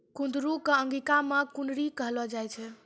कुंदरू कॅ अंगिका मॅ कुनरी कहलो जाय छै